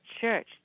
church